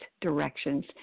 directions